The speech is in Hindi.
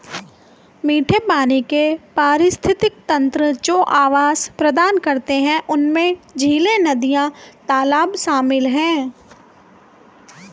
मीठे पानी के पारिस्थितिक तंत्र जो आवास प्रदान करते हैं उनमें झीलें, नदियाँ, तालाब शामिल हैं